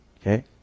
Okay